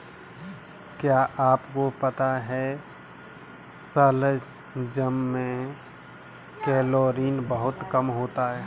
क्या आपको पता है शलजम में कैलोरी बहुत कम होता है?